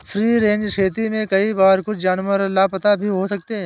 free range खेती में कई बार कुछ जानवर लापता भी हो सकते हैं